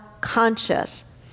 conscious